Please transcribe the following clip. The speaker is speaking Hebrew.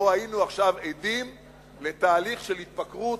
היינו עדים פה עכשיו לתהליך של התפקרות,